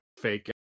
fake